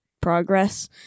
progress